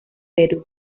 perú